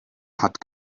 hat